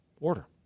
order